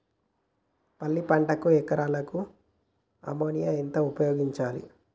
పల్లి పంటకు ఎకరాకు అమోనియా ఎంత ఉపయోగించాలి?